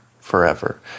forever